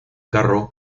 carro